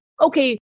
Okay